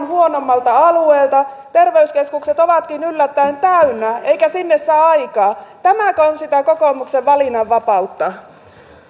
huonommalta alueelta terveyskeskukset ovatkin yllättäen täynnä eikä sinne saa aikaa tämäkö on sitä kokoomuksen valinnanvapautta